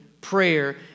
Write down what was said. prayer